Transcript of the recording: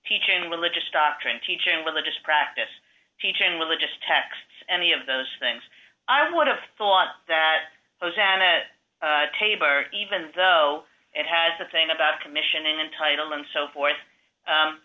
teaching religious doctrine teaching religious practice teaching religious texts any of those things i would have thought that taber even though it has a thing about commission and title and so forth